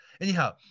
Anyhow